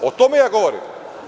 O tome govorim.